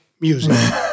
music